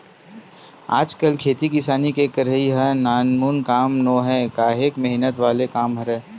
आजकल खेती किसानी के करई ह नानमुन काम नोहय काहेक मेहनत वाले काम हरय